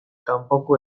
kanpoko